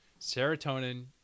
serotonin